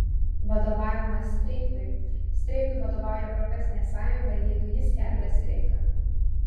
vadovavimas streikui streikui vadovauja profesinė sąjunga jeigu ji skelbia streiką